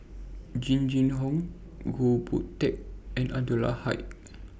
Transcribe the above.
Jing Jun Hong Goh Boon Teck and Anwarul Haque